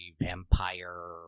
vampire